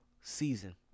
season